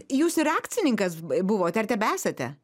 jūs ir akcininkas buvot ar tebesate